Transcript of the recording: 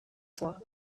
vor